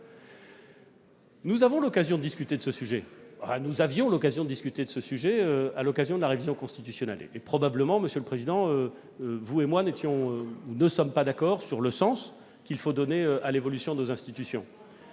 Nous avons, ou plutôt nous avions, l'opportunité de discuter de ce sujet à l'occasion de la révision constitutionnelle. Et probablement, monsieur le président, vous et moi ne sommes-nous pas d'accord sur le sens qu'il faut donner à l'évolution de nos institutions.